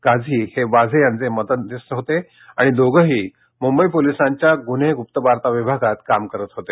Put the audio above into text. काझी हे वाझे यांचे मदतनीस होते आणि दोघेही मुंबई पोलिसांच्या गुन्हे गुप्तवार्ता विभागात काम करत होते